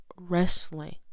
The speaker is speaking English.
wrestling